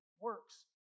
works